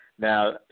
Now